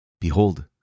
Behold